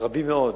רבים מאוד,